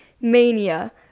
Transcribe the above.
Mania